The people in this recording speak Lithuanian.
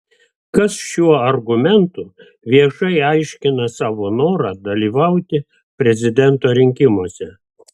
kas šiuo argumentu viešai aiškina savo norą dalyvauti prezidento rinkimuose